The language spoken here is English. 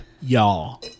y'all